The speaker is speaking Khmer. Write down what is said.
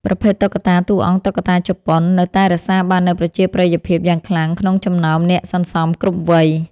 ប្រភេទ តុក្កតាតួអង្គតុក្កតាជប៉ុន នៅតែរក្សាបាននូវប្រជាប្រិយភាពយ៉ាងខ្លាំងក្នុងចំណោមអ្នកសន្សំគ្រប់វ័យ។